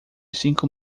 cinco